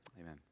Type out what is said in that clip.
Amen